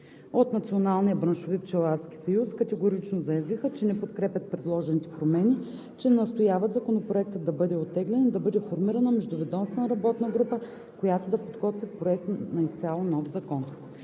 От Националния браншови пчеларски съюз категорично заявиха, че не подкрепят предложените промени, че настояват Законопроектът да бъде оттеглен и да бъде формирана междуведомствена работна група, която да подготви проект на изцяло нов закон.